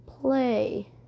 play